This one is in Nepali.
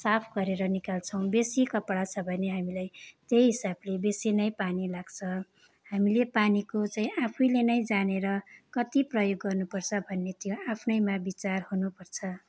साफ गरेर निकाल्छौँ बेसी कपडा छ भने हामीलाई त्यही हिसाबले बेसी नै पानी लाग्छ हामीले पानीको चाहिँ आफैले नै जानेर कति प्रयोग गर्नुपर्छ भन्ने त्यो आफ्नैमा विचार हुनुपर्छ